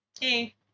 Hey